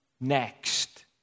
next